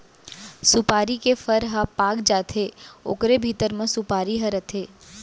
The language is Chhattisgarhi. सुपारी के फर ह पाक जाथे ओकरे भीतरी म सुपारी ह रथे